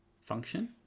function